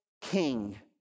king